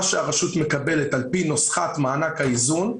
מה שהרשות מקבלת על פי נוסחת מענק האיזון,